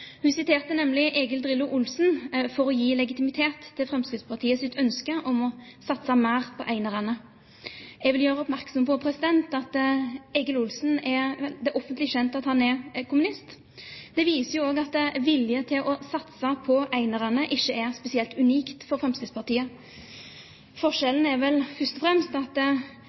Hun siterte nemlig Egil «Drillo» Olsen for å gi legitimitet til Fremskrittspartiets ønske om å satse mer på enerne. Jeg vil gjøre oppmerksom på – det er offentlig kjent – at Egil Olsen er kommunist. Det viser jo også at vilje til å satse på enerne ikke er spesielt unikt for Fremskrittspartiet. Forskjellen er vel først og fremst at